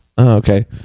okay